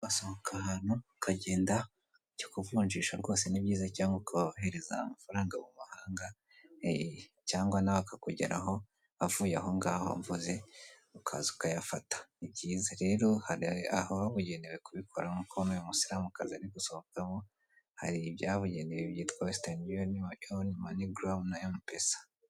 Gusohoka ahantu ukagendajya kuvunjisha rwose ni byiza cyangwa ukahereza amafaranga mu mahanga cyangwa nawe akakugera aho avuye aho ngaho mvuze ukaza ukayafata ni byiza, rero hari ahabugenewe kubikora nk'uko uyu musilamukazi ari gusohokamo hari ibyabugenewe byitwa wesitani yuniyoni, manigorowu na emu pesa.